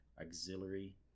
auxiliary